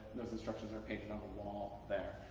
those instructions are painted on the wall there.